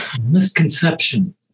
misconception